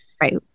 Right